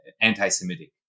anti-Semitic